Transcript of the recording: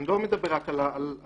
אני לא מדבר רק על השרשרת,